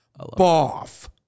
Boff